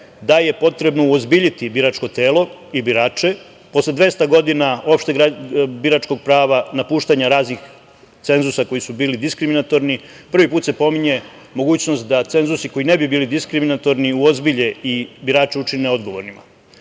da je potrebno uozbiljiti biračko telo i birače, posle 200 godina opšteg biračkog prava, napuštanja raznih cenzusa koji su bili diskriminatorni, prvi put se pominje mogućnost da cenzusi koji ne bi bili diskriminatorni uozbilje i birače učine odgovornima.